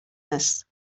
است